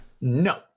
no